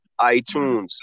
iTunes